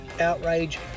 outrage